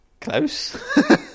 Close